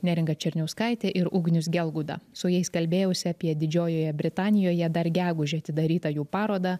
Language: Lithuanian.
neringa černiauskaitė ir ugnius gelguda su jais kalbėjausi apie didžiojoje britanijoje dar gegužę atidarytą jų parodą